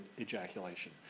ejaculation